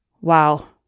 wow